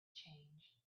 change